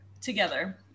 together